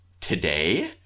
today